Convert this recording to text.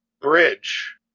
bridge